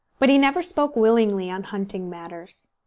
but he never spoke willingly on hunting matters.